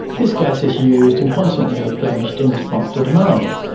this gas is used and constantly replenished in response to demand.